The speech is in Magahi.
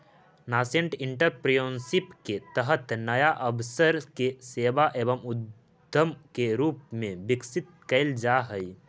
नासेंट एंटरप्रेन्योरशिप के तहत नया अवसर के सेवा एवं उद्यम के रूप में विकसित कैल जा हई